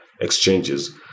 exchanges